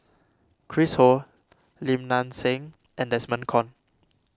Chris Ho Lim Nang Seng and Desmond Kon